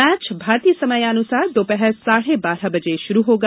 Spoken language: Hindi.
मैच भारतीय समयानुसार दोपहर साढ़े बारह बजे शुरू होगा